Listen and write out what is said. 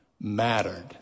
mattered